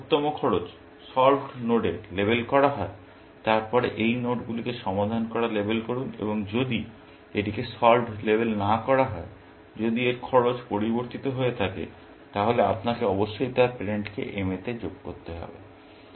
যদি সর্বোত্তম খরচ সল্ভড নোডের লেবেল করা হয় তারপরে এই নোডগুলিকে সমাধান করা লেবেল করুন এবং যদি এটিকে সলভড লেবেল না করা হয় বা যদি এর খরচ পরিবর্তিত হয়ে থাকে তাহলে আপনাকে অবশ্যই তার পেরেন্টকে m তে যোগ করতে হবে